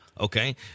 Okay